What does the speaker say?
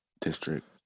district